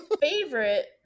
favorite